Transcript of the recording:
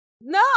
no